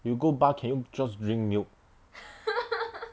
you go bar can you just drink milk